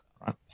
right